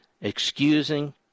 excusing